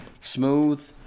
smooth